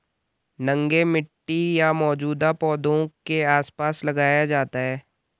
नंगे मिट्टी या मौजूदा पौधों के आसपास लगाया जाता है